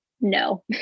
no